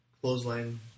clothesline